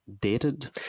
dated